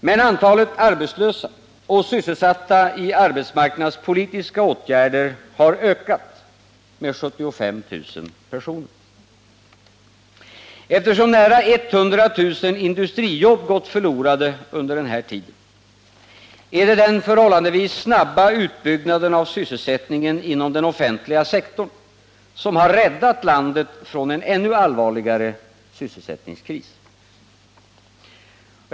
Men antalet arbetslösa och sysselsatta i arbetsmarknadspolitiska åtgärder har ökat med 75 000 personer. Eftersom nära 100 000 industrijobb har gått förlorade under den här tiden, är det den förhållandevis snabba utbyggnaden av sysselsättningen inom den offentliga sektorn som har räddat landet från en ännu allvarligare sysselsättningskris.